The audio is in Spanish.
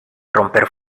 romper